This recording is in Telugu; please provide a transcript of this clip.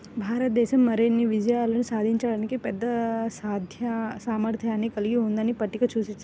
భారతదేశం మరిన్ని విజయాలు సాధించడానికి పెద్ద సామర్థ్యాన్ని కలిగి ఉందని పట్టిక సూచిస్తుంది